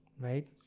Right